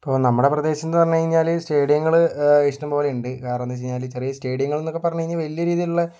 ഇപ്പോൾ നമ്മുടെ പ്രദേശമെന്ന് പറഞ്ഞ് കഴിഞ്ഞാല് സ്റ്റേഡിയങ്ങള് ഇഷ്ടംപോലെ ഉണ്ട് കാരണം എന്താണെന്ന് വച്ച് കഴിഞ്ഞാല് ചെറിയ സ്റ്റേഡിയങ്ങളെന്നൊക്കെ പറഞ്ഞ് കഴിഞ്ഞാല് വല്യ രീതിയിലുള്ള